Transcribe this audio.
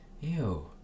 Ew